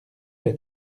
est